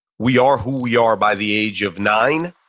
we are who we are by the age of nine,